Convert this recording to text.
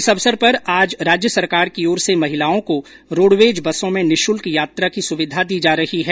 इस अवसर पर आज राज्य सरकार की ओर से महिलाओं को रोड़वेज बसों में निशुल्क यात्रा की सुविधा दी जा रही है